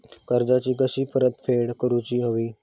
कर्जाची कशी परतफेड करूक हवी?